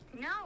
No